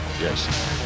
yes